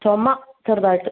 ചുമ ചെറുതായിട്ട്